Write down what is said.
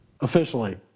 Officially